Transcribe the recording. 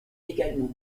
également